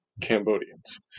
Cambodians